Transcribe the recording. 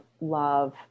love